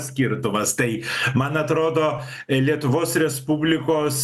skirtumas tai man atrodo lietuvos respublikos